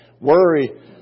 Worry